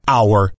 Hour